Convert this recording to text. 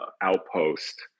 outpost